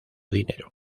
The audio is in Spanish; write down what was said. dinero